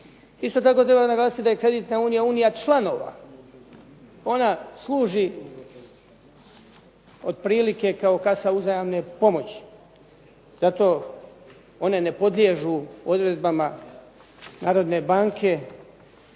Isto tako dovoljno je naglasiti da je kreditna unija unija članova. Ona služi otprilike kao kasa uzajamne pomoći, zato one ne podliježu odredbama Narodne banke